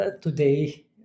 today